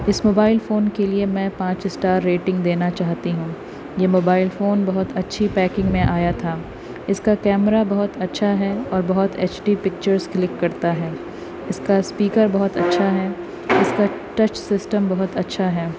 اس mobile phone کے لیے میں پانچ اسٹار ریٹنگ دینا چاہتی ہوں یہ موبائل فون بہت اچھی پیکنگ میں آیا تھا اس کا کیمرہ بہت اچھا ہے اور بہت ایچ ڈی پکچرس کلک کرتا ہے اس کا اسپیکر بہت اچھا ہے اس کا ٹچ سسٹم بہت اچھا ہے